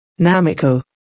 Namiko